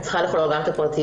היא צריכה לכלול גם את הפרטיות,